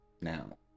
now